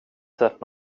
sett